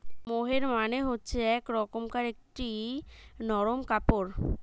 মোহের মানে হচ্ছে এক রকমকার একটি নরম কাপড়